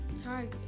sorry